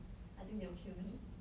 I think they will kill me